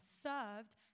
served